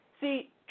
See